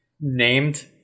named